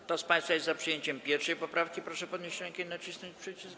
Kto z państwa jest za przyjęciem 1. poprawki, proszę podnieść rękę i nacisnąć przycisk.